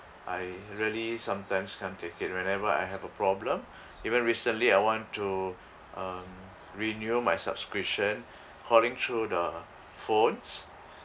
I really sometimes can't take it whenever I have a problem even recently I want to um renew my subscription calling through the phones